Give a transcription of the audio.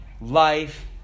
life